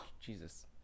Jesus